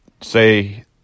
say